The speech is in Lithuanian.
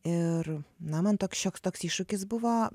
ir na man toks šioks toks iššūkis buvo